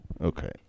Okay